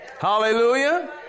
Hallelujah